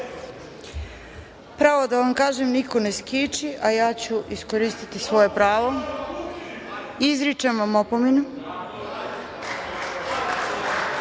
Pravo da vam kažem niko ni skiči, a ja ću iskoristiti svoje pravo, izričem vam opomenu.